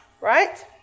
right